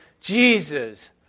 Jesus